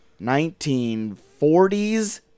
1940s